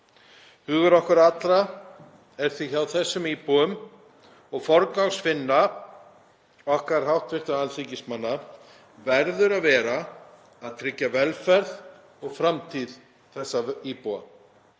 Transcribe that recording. Hugur okkar allra er því hjá þessum íbúum og forgangsvinna okkar hv. alþingismanna verður að vera að tryggja velferð og framtíð þessara íbúa.